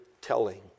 telling